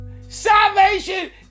Salvation